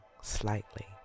slightly